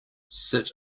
sit